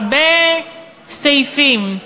הרבה סעיפים.